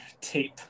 tape